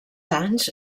anys